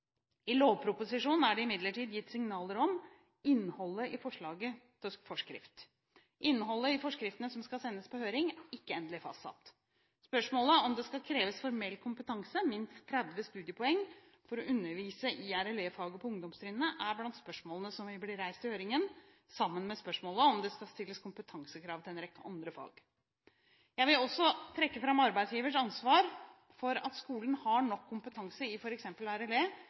I lovproposisjonen er det imidlertid gitt signaler om innholdet i forslaget til forskrift. Innholdet i forskriftene som skal sendes på høring, er ikke endelig fastsatt. Spørsmålet om hvorvidt det skal kreves formell kompetanse – minst 30 studiepoeng – for å undervise i RLE-faget på ungdomstrinnet, er blant spørsmålene som vil bli reist i høringen, sammen med spørsmålet om det skal stilles kompetansekrav til en rekke andre fag. Jeg vil også trekke fram arbeidsgivers ansvar for at skolen har nok kompetanse i